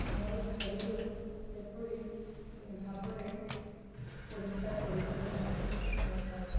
ଆମର ଶରୀରକୁ ସେପରି ଭାବରେ ପରିଷ୍କାର ପରିଚ୍ଛନ୍ନ ରଖିନଥାଉ